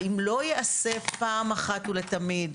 ואם לא ייעשה פעם אחת ולתמיד,